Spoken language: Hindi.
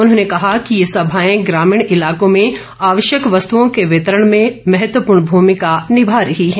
उन्होंने कहा कि ये सभाएं ग्रामीण इलाकों में आवश्यक वस्तुओं के वितरण में महत्वपूर्ण भूमिका निभा रही हैं